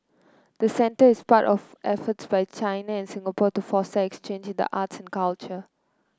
the centre is part of efforts by China and Singapore to foster exchanged the arts and culture